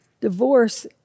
Divorce